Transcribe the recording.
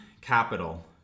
capital